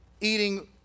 eating